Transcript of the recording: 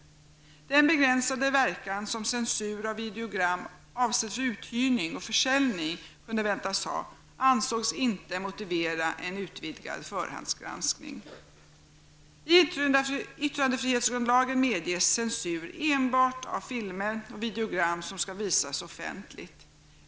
Den begränsade verkan som censur av videogram, avsedda för uthyrning och försäljning, kunde väntas ha ansågs inte motivera en utvidgad förhandsgranskning. I yttrandefrihetsgrundlagen medges censur enbart av filmer och videogram som skall visas offentligt.